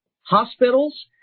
hospitals